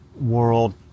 world